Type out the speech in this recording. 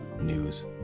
news